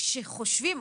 כשחושבים,